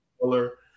color